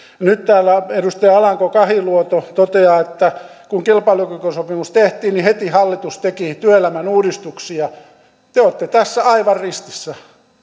nyt täällä edustaja alanko kahiluoto toteaa että kun kilpailukykysopimus tehtiin niin heti hallitus teki työelämän uudistuksia te olette tässä aivan ristissä